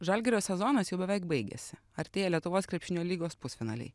žalgirio sezonas jau beveik baigėsi artėja lietuvos krepšinio lygos pusfinaliai